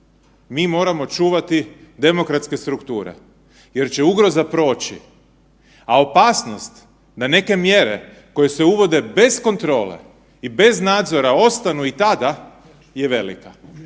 mi moramo čuvati demokratske strukture jer će ugroza proći, a opasnost na neke mjere koje se uvode bez kontrole i bez nadzora ostanu i tada je velika.